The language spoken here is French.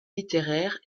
littéraires